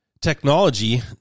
technology